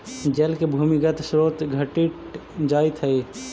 जल के भूमिगत स्रोत घटित जाइत हई